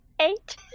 Eight